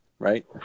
right